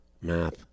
Math